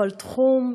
בכל תחום,